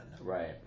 Right